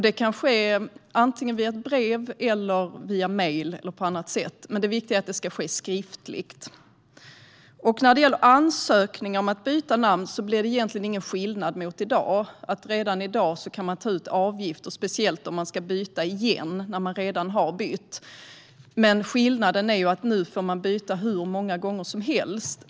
Det kan ske antingen via ett brev, via mejl eller på annat sätt. Det viktiga är att det ska ske skriftligt. När det gäller ansökningar om att byta namn blir det egentligen ingen skillnad mot i dag. Redan i dag kan avgifter för detta tas ut, speciellt om man redan har bytt namn och ska byta igen. Men skillnaden är att man nu får byta namn hur många gånger som helst.